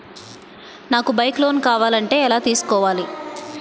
నాకు bike loan కావాలంటే ఎలా తీసుకోవాలి?